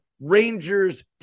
Rangers